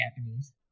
Japanese